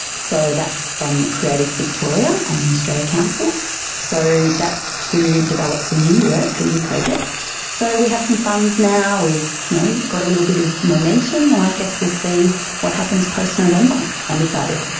so that's from creative victoria and australia council so that's to develop some new work, a new project. so we have some funds now, we've you know got a little bit of momentum and i guess we'll see what happens post november, i'm excited.